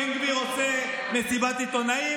בן גביר עושה מסיבת עיתונאים,